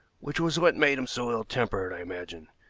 which was what made him so ill-tempered, i imagine.